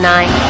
Nine